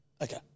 Okay